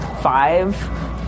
five